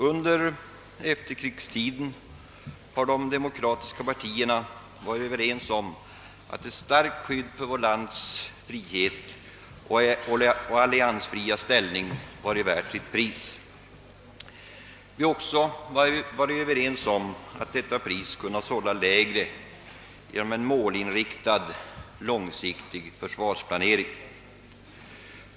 Under efterkrigstiden har de demokratiska partierna varit överens om att ett starkt skydd för vårt lands frihet och alliansfria ställning varit värt sitt pris. Vi har också varit överens om att detta pris kunnat hållas lägre genom en målinriktad, långsiktig försvarsplanering.